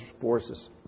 forces